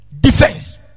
Defense